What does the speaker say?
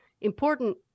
important